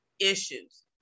issues